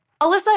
Alyssa